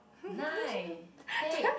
nine eight